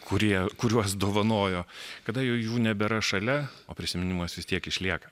kurie kuriuos dovanojo kada jau jų nebėra šalia o prisiminimas vis tiek išlieka